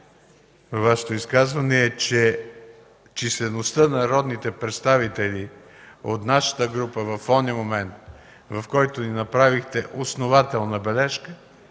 Вашето изказване, е, че числеността на народните представители от нашата група в момента, в който ни направихте основателна бележка,